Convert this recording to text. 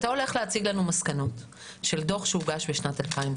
אתה הולך להציג לנו מסקנות של דוח שהוגש ב-2019.